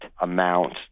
amount